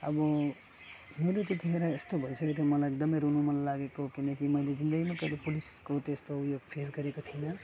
अब हुनु त त्यत्तिखेर यस्तो भइसकेको थियो मलाई एकदमै रुनु मन लागेको किनकि मैले जिन्दगीमा कहिले पुलिसको त्यस्तो ऊ यो फेस गरेको थिइनँ